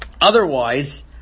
Otherwise